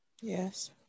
Yes